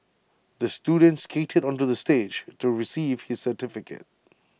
the student skated onto the stage to receive his certificate